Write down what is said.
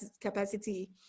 capacity